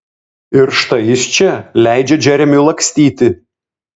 ir štai jis čia leidžia džeremiui lakstyti